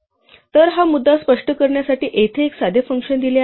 तर हा मुद्दा स्पष्ट करण्यासाठी येथे एक साधे फंक्शन दिले आहे